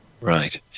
Right